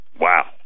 Wow